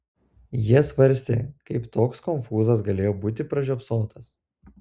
jie svarstė kaip toks konfūzas galėjo būti pražiopsotas